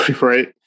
Right